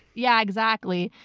yeah exactly.